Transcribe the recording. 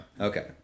Okay